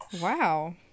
wow